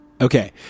okay